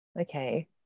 okay